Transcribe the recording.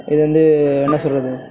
இது வந்து என்ன சொல்லுறது